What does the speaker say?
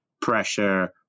pressure